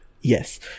Yes